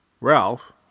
ralph